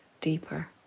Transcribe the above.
deeper